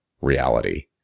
reality